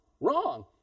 Wrong